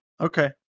Okay